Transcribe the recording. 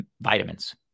vitamins